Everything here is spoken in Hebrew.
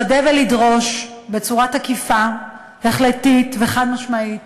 לוודא ולדרוש בצורה תקיפה, החלטית וחד-משמעית